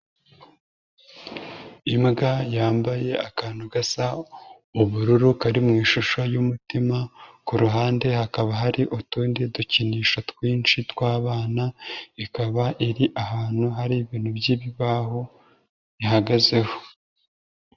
Imbwa yambaye akantu gasa ubururu kari mu ishusho y'umutima, ku ruhande hakaba hari utundi dukinisho twinshi tw'abana, ikaba iri ahantu hari ibintu by'ibibaho ihagazeho.